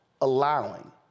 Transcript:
allowing